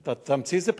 אתה לא מתנגד?